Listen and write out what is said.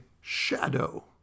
shadow